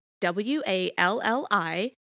W-A-L-L-I